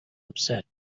upset